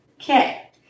Okay